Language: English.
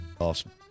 Awesome